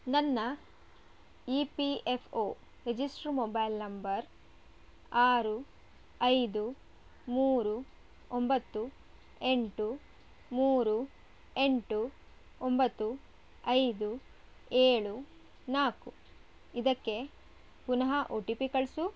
ನನ್ನ E P F O register mobile number ಆರು ಐದು ಮೂರು ಒಂಬತ್ತು ಎಂಟು ಮೂರು ಎಂಟು ಒಂಬತ್ತು ಐದು ಏಳು ನಾಲ್ಕು ಇದಕ್ಕೆ ಪುನಃ ಒ ಟಿ ಪಿ ಕಳಿಸು